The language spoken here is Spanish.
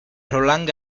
roland